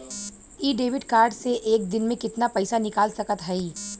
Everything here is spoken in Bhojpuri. इ डेबिट कार्ड से एक दिन मे कितना पैसा निकाल सकत हई?